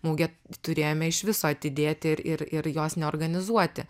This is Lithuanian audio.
mugę turėjome iš viso atidėti ir ir ir jos neorganizuoti